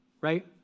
right